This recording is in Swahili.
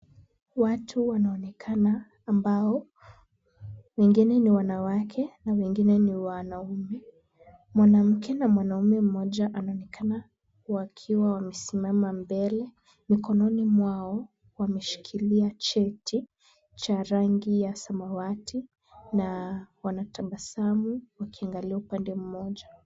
Watu wanaonekana ambao wengine ni wanawake na wengine ni wanaume. Mwanamke na mwanamme mmoja anaonekana wakiwa wamesimama mbele, mikononi mwao wameshikilia cheti cha rangi ya samawati na wanatabasamu wakiangalia upande mmoja.